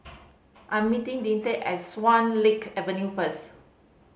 I am meeting Deante at Swan Lake Avenue first